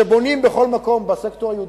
בונים דירות בכל מקום בסקטור היהודי,